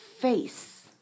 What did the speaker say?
face